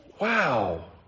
Wow